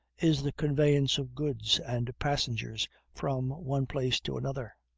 is the conveyance of goods and passengers from one place to another.